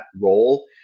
role